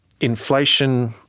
inflation